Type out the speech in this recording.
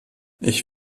ich